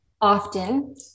often